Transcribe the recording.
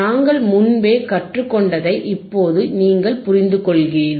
நாங்கள் முன்பே கற்றுக்கொண்டதை இப்போது நீங்கள் புரிந்துகொண்டுள்ளீர்கள்